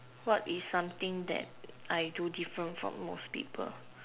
what is something that I do different from most people